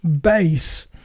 Base